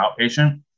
outpatient